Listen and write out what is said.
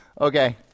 Okay